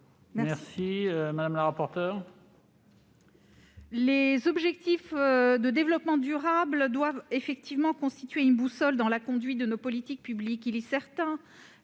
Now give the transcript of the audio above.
l'avis de la commission ? Les objectifs de développement durable doivent effectivement constituer une boussole dans la conduite de nos politiques publiques. Il est certain